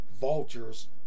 vultures